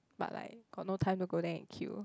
but like got no time to go there and queue